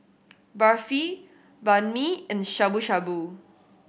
Barfi Banh Mi and Shabu Shabu